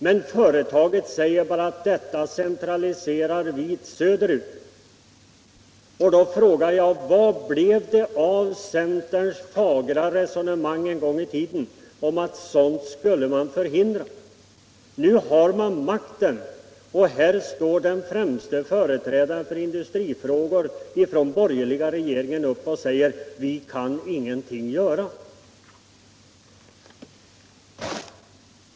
Men företaget säger bara att detta centraliserar vi söderut. Då frågar jag: Vad blev det av centerns fagra resonemang en gång i tiden om att sådant skulle man förhindra? Nu har man makten, och här står den främste företrädaren för industrifrågor i den borgerliga regeringen upp och säger: Vi kan ingenting göra.